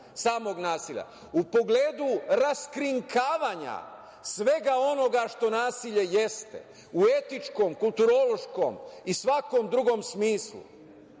samog nasilja, u pogledu raskrinkavanja svega onoga što nasilje jeste, u etičkom, kulturološkom i svakom drugom smislu?